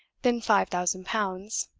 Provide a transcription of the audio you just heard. than five thousand pounds.